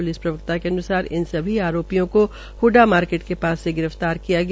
police प्रवक्ता के अन्सार इन सभी आरोपियों को हडा मार्केट के पास से गिर फ्तार किया गया